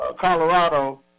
Colorado